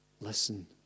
Listen